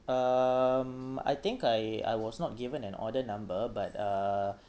um I think I I was not given an order number but uh